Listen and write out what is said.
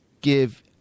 give